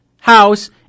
House